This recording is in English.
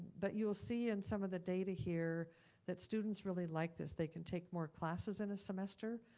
but you'll see in some of the data here that students really like this. they can take more classes in a semester,